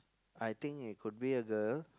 I think it could be a girl